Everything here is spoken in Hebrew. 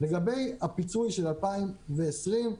לגבי הפיצוי של 2020,